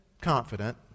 confident